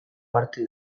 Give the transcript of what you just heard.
parte